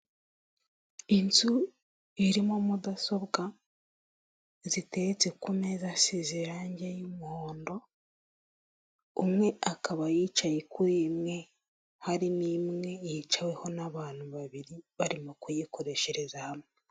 Inzu irimo mudasobwa ziteretse ku meza asize irangi y'umuhondo umwe akaba yicaye kuri imwe, harimo imwe yicaweho n'abantu babiri barimo kuyikoreshereza hamwe.